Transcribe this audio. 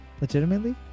Legitimately